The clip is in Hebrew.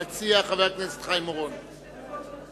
המציע, חבר הכנסת חיים אורון, בבקשה.